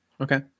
okay